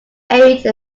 ate